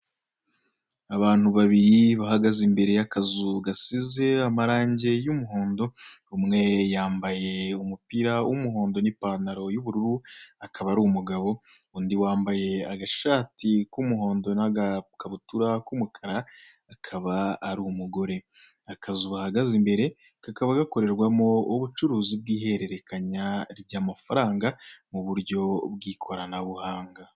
Abantu babiri bahagaze imbere yakazu gasize amarangi y'umuhondo, umwe yambaye umupira w'umuhondo ndetse n'ipantaro y'ubururu akaba ari umugabo, undi wambaye agashati k'umuhondo ndetse n'agakabitura k'umukara akaba ari umugore. akazu bahagaze imbere kakaba gakorerwamo ubucuruzi bw'ihererekanya ry'amafaranga mu buryo bw'ikoranabuhanga.